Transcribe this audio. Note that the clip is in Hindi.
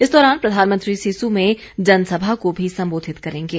इस दौरान प्रधानमंत्री सिस्सू में जनसभा को भी संबोधित करेंगे